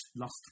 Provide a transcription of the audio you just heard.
lost